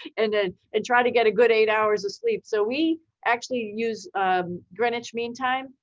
and and and try to get a good eight hours of sleep. so we actually use greenwich meantime.